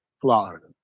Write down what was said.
Florida